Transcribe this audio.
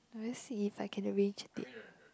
will see if I can arrange a date